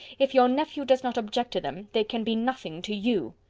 if your nephew does not object to them, they can be nothing to you.